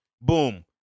boom